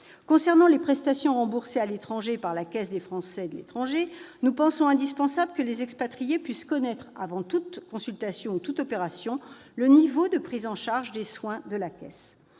Concernant les prestations remboursées à l'étranger par la Caisse des Français de l'étranger, nous pensons indispensable que les expatriés puissent connaître, avant toute consultation ou toute opération, le niveau de prise en charge des soins par la Caisse.